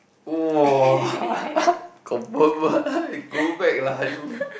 !wah! confirm ah go back lah you